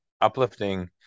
uplifting